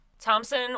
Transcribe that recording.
Thompson